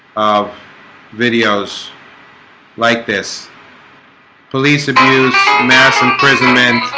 of videos like this police abuse mass imprisonment